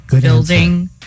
Building